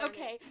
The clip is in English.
Okay